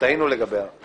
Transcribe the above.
שתהינו לגביה.